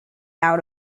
out